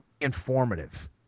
informative